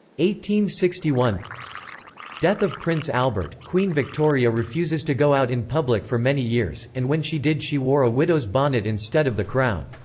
sixty one death of prince albert queen victoria refuses to go out in public for many years, and when she did she wore a widow's bonnet instead of the crown.